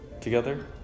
together